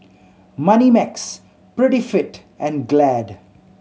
Moneymax Prettyfit and Glad